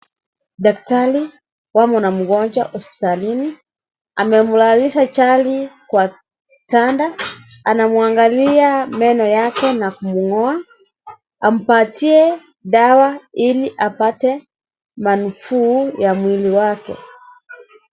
Daktari wamo na mgonjwa ahospitalini, amemlalisha chali kwenye kitanda, anamwangalia meno yake na kumngoa, ampatie dawa ili apate nafuu ya mwili wake.